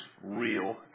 real